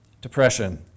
depression